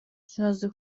شازده